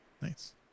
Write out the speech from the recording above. Nice